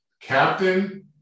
captain